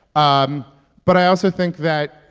um but i also think that,